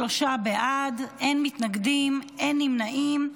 23 בעד, אין מתנגדים, אין נמנעים.